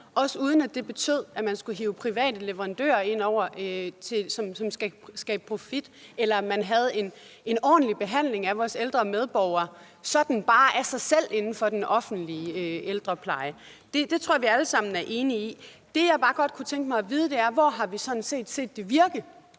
valg, uden at det betyder, at man skal hive private leverandører ind, som skal skabe profit, eller at vi ikke behandler vores ældre medborgere ordentligt – sådan bare af sig selv – i den offentlige ældrepleje. Det tror jeg vi alle sammen er enige om. Det, jeg bare godt kunne tænke mig at vide, er: Hvor har vi set det virke?